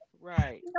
Right